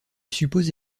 suppose